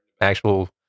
actual